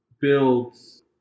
builds